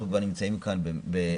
אנחנו כבר נמצאים כאן במקום